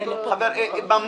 דב,